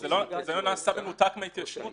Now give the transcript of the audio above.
זה לא נעשה במנותק מההתיישנות.